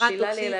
שאלה פרקטית אלייך,